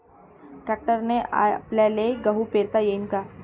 ट्रॅक्टरने आपल्याले गहू पेरता येईन का?